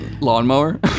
Lawnmower